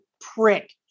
prick